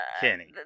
Kenny